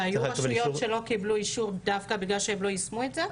והיו רשויות שלא קיבלו אישור דווקא בגלל שהן לא יישמו את זה?